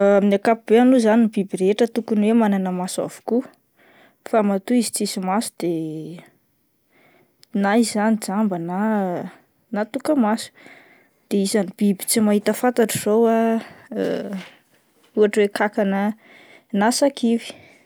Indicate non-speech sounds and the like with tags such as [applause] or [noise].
[hesitation] Amin'ny ankapobeany moa zany ny biby rehetra tokony hoe manana maso avokoa fa matoha izy tsisy maso de na izy izany jamba na [hesitation] na tokamaso, de isan'ny biby tsy mahita fantatro zao ah [hesitation] [noise] ohatra hoe kankana na sakivy.